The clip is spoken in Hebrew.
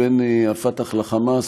בין הפת"ח לחמאס,